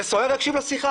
שסוהר יקשיב לשיחה.